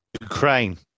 Ukraine